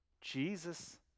Jesus